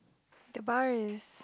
the bar is